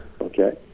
Okay